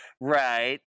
Right